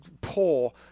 poor